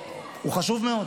אין לי הרבה זמן.